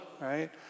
right